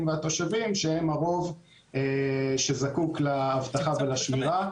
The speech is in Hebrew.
והתושבים שהם הרוב שזקוק לאבטחה ולשמירה.